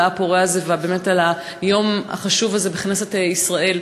הפורה הזה ועל היום החשוב הזה בכנסת ישראל.